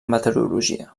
meteorologia